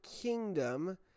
kingdom